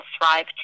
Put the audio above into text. thrive